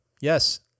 Yes